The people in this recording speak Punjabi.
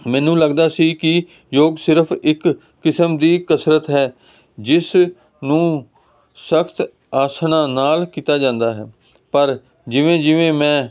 ਮੈਨੂੰ ਲੱਗਦਾ ਸੀ ਕਿ ਯੋਗ ਸਿਰਫ ਇੱਕ ਕਿਸਮ ਦੀ ਕਸਰਤ ਹੈ ਜਿਸ ਨੂੰ ਸਖਤ ਆਸਣਾਂ ਨਾਲ ਕੀਤਾ ਜਾਂਦਾ ਹੈ ਪਰ ਜਿਵੇਂ ਜਿਵੇਂ ਮੈਂ